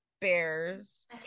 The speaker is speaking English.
bears